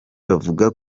bavuga